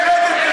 סמרטוטים.